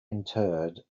interred